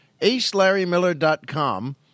acelarrymiller.com